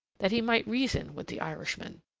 that he might reason with the irishman.